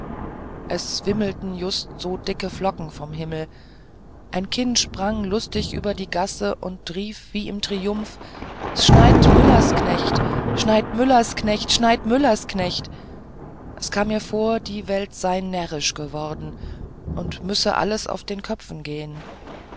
es wimmelten just so dicke flocken vom himmel ein kind sprang lustig über die gasse und rief wie im triumph s schneit müllersknecht schneit müllersknecht schneit müllersknecht es kam mir vor die welt sei närrisch geworden und müsse alles auf den köpfen gehn